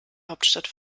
hauptstadt